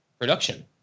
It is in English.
production